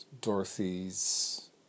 Dorothy's